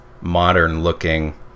modern-looking